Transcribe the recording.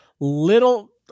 little